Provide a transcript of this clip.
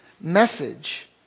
message